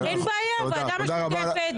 ועדה משותפת.